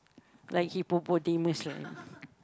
like hippopotamus